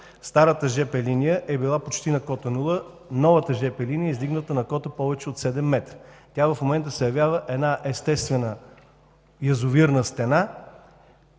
старата жп линия е била почти на кота нула. Новата жп линия е издигната на кота повече от 7 метра. Тя в момента се явява една естествена язовирна стена,